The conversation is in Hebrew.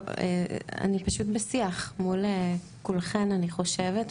אני פשוט בשיח מול כולכן אני חושבת,